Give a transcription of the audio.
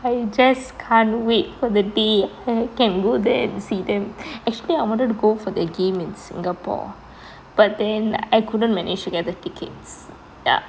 I just can't wait for the day I can go there and see them actually I wanted to go for the game in singapore but then I couldn't manage to get the tickets